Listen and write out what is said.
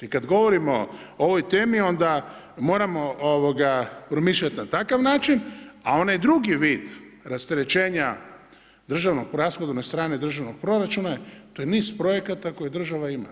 I kad govorimo o ovoj temi onda moramo promišljati na takav način, a onaj drugi vid rasterećenja rashodovne strane državnog proračuna, to je niz projekata koje država ima.